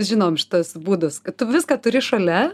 žinom šitus būdus kad tu viską turi šalia